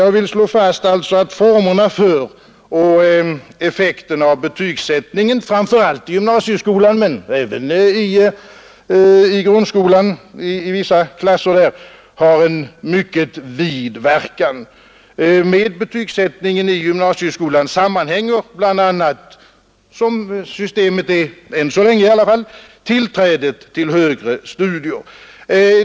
Jag vill alltså slå fast, att formerna för och effekten av betygssättningen framför allt i gymnasieskolan men även i vissa klasser i grundskolan har en mycket vid verkan. Med betygssättningen i gymnasieskolan sammanhänger bl.a. i varje fall enligt hittills rådande system tillträdet till högre studier.